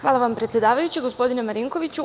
Hvala vam predsedavajući, gospodine Marinkoviću.